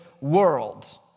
world